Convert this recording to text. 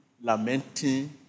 lamenting